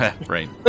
Right